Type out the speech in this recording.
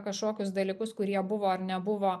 kažkokius dalykus kurie buvo ar nebuvo